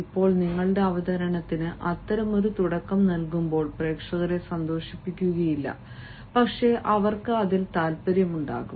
ഇപ്പോൾ നിങ്ങളുടെ അവതരണത്തിന് അത്തരമൊരു തുടക്കം നൽകുമ്പോൾ പ്രേക്ഷകരെ സന്തോഷിപ്പിക്കുകയില്ല പക്ഷേ അവർക്ക് അതിൽ താൽപ്പര്യമുണ്ടാകും